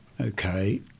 Okay